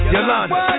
Yolanda